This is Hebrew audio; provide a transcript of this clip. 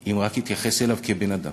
אם רק יתייחס אליו כאל בן-אדם.